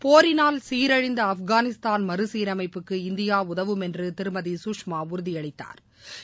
போரினால் சீரழிந்தஆப்கானிஸ்தான் சீரமைப்புக்கு இந்தியாஉதவும் என்றுதிருமதி மற சுஷ்மாஉறுதியளித்தாா்